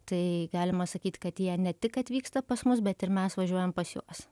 tai galima sakyt kad jie ne tik atvyksta pas mus bet ir mes važiuojam pas juos